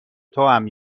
توام